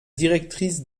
directrice